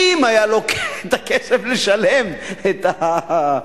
אם היה לו הכסף לשלם את,